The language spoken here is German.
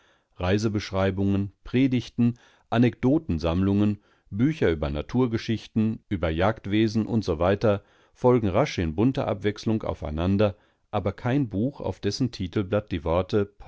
reisebeschreibungen predigten anekdotensammlungen bücher über naturgeschichten über jagdwesen u s w folgen rasch in bunter abwechselung aufeinander aber kein buch auf dessen titelblatt die worte